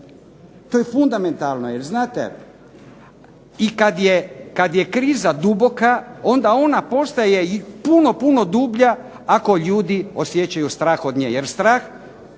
To je fundamentalno, jer znate i kad je kriza duboka onda ona postaje i puno puno dublja ako ljudi osjećaju strah od nje jer strah,